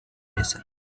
desert